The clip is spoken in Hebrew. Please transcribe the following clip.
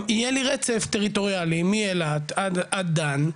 יהיה לי רצף טריטוריאלי מאילת עד דן,